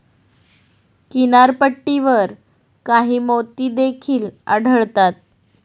किनारपट्टीवर काही मोती देखील आढळतात